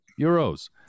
Euros